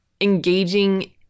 engaging